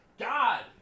God